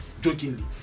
jokingly